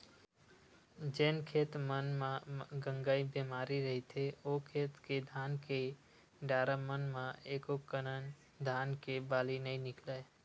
जेन खेत मन म गंगई बेमारी रहिथे ओ खेत के धान के डारा मन म एकोकनक धान के बाली नइ निकलय